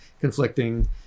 conflicting